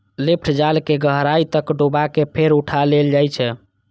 lift जाल कें गहराइ तक डुबा कें फेर उठा लेल जाइ छै